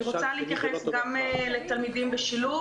אני רוצה להתייחס גם לתלמידים בשילוב